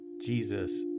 Jesus